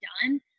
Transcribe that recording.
done